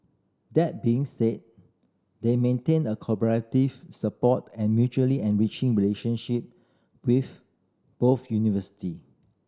that being said they maintain a collaborative support and mutually enriching relationship with both university